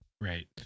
Right